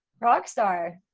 rock star!